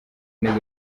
neza